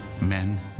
Men